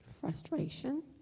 frustration